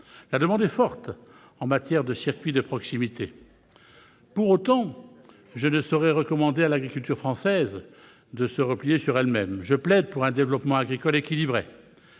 La demande est forte en matière de circuits de proximité. Pour autant, je ne saurais recommander à l'agriculture française de se replier sur elle-même. Je plaide pour un développement agricole équilibré